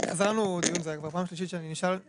דן נימני,